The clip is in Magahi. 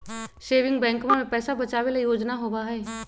सेविंग बैंकवा में पैसा बचावे ला योजना होबा हई